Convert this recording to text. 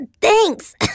Thanks